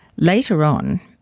later on,